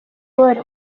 gaulle